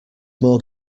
more